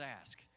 ask